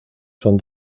son